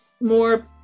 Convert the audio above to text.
more